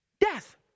Death